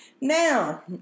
Now